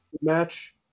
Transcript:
Match